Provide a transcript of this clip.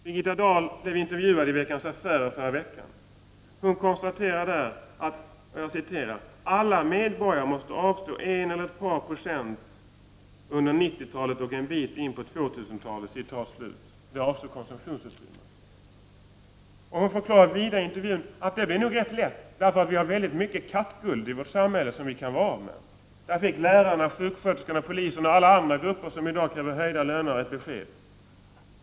Birgitta Dahl intervjuades i Veckans Affärer i förra veckan och hon konstaterade där: ”Alla medborgare måste avstå en eller ett par procent under 90-talet och en bit in på 2000-talet.” Detta gällde konsumtionsutrymmet. Hon förklarade vidare att det nog skulle bli ganska lätt, därför att vi har mycket kattguld i vårt samhälle som vi kan vara av med. Där fick lärarna, sjuksköterskorna, poliserna och alla andra grupper som i dag kräver höjda löner ett besked.